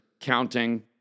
counting